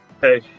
Hey